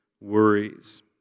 worries